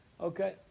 Okay